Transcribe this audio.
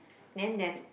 then there's